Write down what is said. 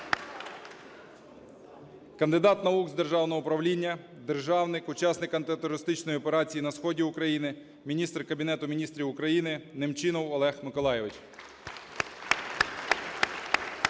Кандидат наук з державного управління, державник, учасник антитерористичної операції на сході України – Міністр Кабінету Міністрів України – Немчінов Олег Миколайович.